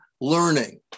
learning